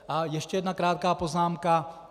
A ještě jedna krátká poznámka.